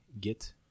Get